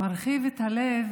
מרחיב את הלב